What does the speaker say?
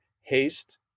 Haste